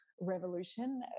revolution